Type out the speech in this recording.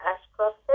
Ashcroft